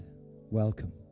Welcome